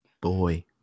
boy